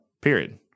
Period